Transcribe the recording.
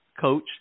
coach